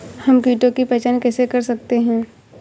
हम कीटों की पहचान कैसे कर सकते हैं?